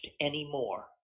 anymore